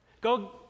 Go